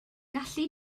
gallu